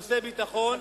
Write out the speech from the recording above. כמובן בנושאי הביטחון.